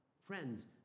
friends